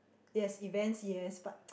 yes events yes but